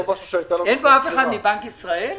אין פה אף אחד מבנק ישראל?